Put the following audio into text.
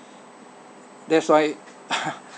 that's why